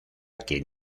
quien